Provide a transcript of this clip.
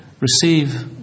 receive